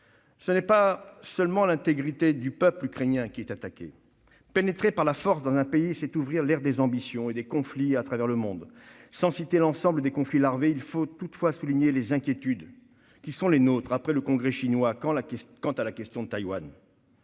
Ce n'est pas seulement l'intégrité du peuple ukrainien qui est attaquée. Pénétrer par la force dans un pays, c'est ouvrir l'ère des ambitions et des conflits à travers le monde. Sans citer l'ensemble des conflits larvés, il faut néanmoins souligner les inquiétudes qui sont les nôtres après le congrès du parti communiste chinois quant à la question de Taïwan.